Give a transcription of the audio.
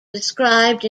described